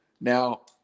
now